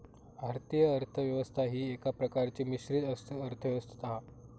भारतीय अर्थ व्यवस्था ही एका प्रकारची मिश्रित अर्थ व्यवस्था हा